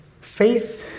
faith